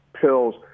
pills